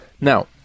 Now